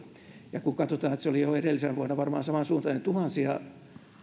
ja kun katsotaan että se oli jo edellisenä vuonna varmaan samansuuntaista niin tuhansia